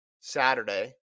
Saturday